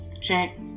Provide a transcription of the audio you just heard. Check